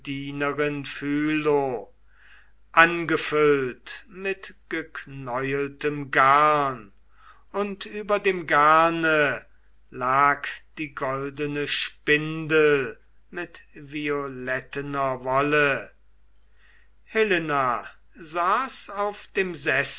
angefüllt mit geknäueltem garn und über dem garne lag die goldene spindel mit violettener wolle helena saß auf dem